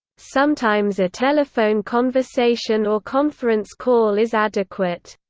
sometimes a telephone conversation or conference call is adequate.